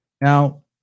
now